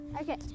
Okay